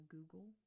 Google